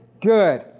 good